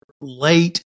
late